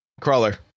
Crawler